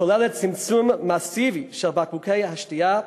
הכוללת צמצום מסיבי של בקבוקי השתייה.